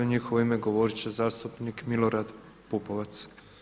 U njihovo ime govorit će zastupnik Milorad Pupovac.